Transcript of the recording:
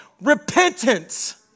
Repentance